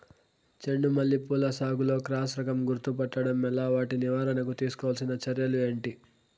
చెండు మల్లి పూల సాగులో క్రాస్ రకం గుర్తుపట్టడం ఎలా? వాటి నివారణకు తీసుకోవాల్సిన చర్యలు ఏంటి?